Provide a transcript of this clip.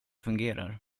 fungerar